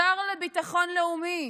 השר לביטחון לאומי,